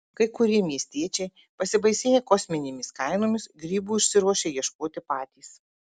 kai kurie miestiečiai pasibaisėję kosminėmis kainomis grybų išsiruošia ieškoti patys